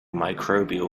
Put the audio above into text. microbial